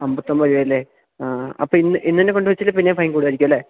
അമ്പത്തിയൊമ്പത് രൂപയല്ലേ ആ അപ്പോള് ഇന്ന് ഇന്നുതന്നെ കൊണ്ടുവെച്ചില്ലെങ്കില്പ്പിന്നെ ഫൈൻ കൂടുമായിരിക്കുമല്ലേ